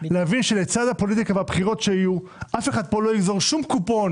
להבין שלצד הפוליטיקה והבחירות שיהיו אף אחד פה לא יגזור שום קופון